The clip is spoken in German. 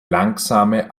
langsame